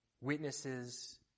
witnesses